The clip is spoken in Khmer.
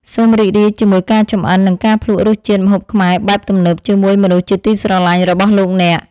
សូមរីករាយជាមួយការចម្អិននិងការភ្លក់រសជាតិម្ហូបខ្មែរបែបទំនើបជាមួយមនុស្សជាទីស្រឡាញ់របស់លោកអ្នក។